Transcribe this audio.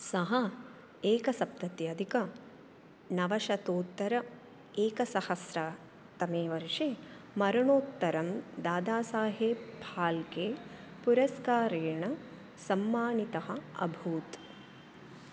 सः एकसप्तति अधिकनवशतोत्तर एकसहस्रतमे वर्षे मरणोत्तरं दादासाहेब् फाल्के पुरस्कारेण सम्मानितः अभूत्